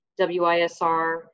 WISR